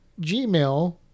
Gmail